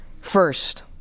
first